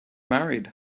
married